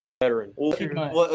veteran